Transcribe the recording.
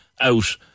out